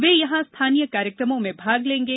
वे यहां स्थानीय कार्यक्रमों में भाग लेंगे